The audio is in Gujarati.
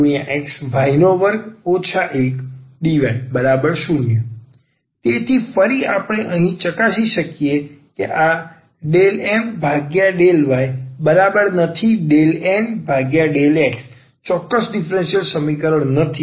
yy21dxxy2 1dy0 તેથી ફરી આપણે ચકાસી શકીએ કે આ ∂M∂y∂N∂x ચોક્કસ ડીફરન્સીયલ સમીકરણ નથી